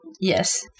yes